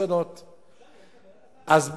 אני